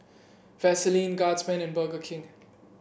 Vaseline Guardsman and Burger King